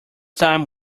time